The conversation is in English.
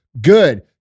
Good